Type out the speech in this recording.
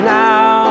now